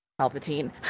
Palpatine